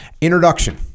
Introduction